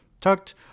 tucked